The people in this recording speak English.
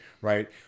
right